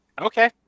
Okay